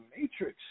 matrix